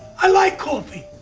i like coffee.